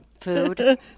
Food